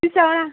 Sisaura